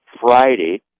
Friday